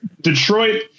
Detroit